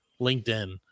linkedin